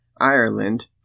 Ireland